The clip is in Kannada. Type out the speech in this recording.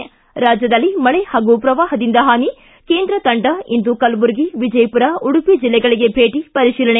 ಿ ರಾಜ್ಯದಲ್ಲಿ ಮಳೆ ಹಾಗೂ ಪ್ರವಾಹದಿಂದ ಹಾನಿ ಕೇಂದ್ರ ತಂಡದಿಂದ ಇಂದು ಕಲಬುರಗಿ ವಿಜಯಪುರ ಉಡುಪಿ ಜಿಲ್ಲೆಗಳಗೆ ಧೇಟಿ ಪರಿಶೀಲನೆ